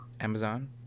Amazon